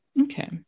Okay